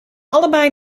allebei